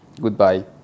goodbye